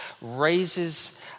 raises